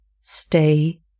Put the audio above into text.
Stay